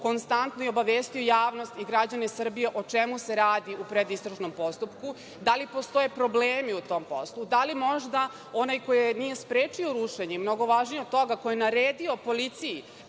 konstantno i obavestio javnost i građane Srbije o čemu se radi u predistražnom postupku. Da li postoje problemi u tom postupku? Da li možda onaj koji nije sprečio rušenje mnogo važnije od toga ko je naredio policiji